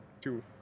two